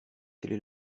quelle